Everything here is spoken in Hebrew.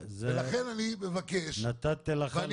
לכן, אני מבקש -- נתתי לך...